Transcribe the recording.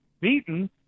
beaten